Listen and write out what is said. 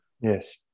Yes